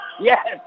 Yes